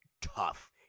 tough